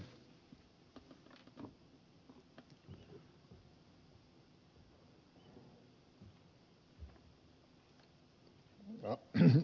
arvoisa herra puhemies